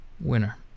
winner